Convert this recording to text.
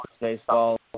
Baseball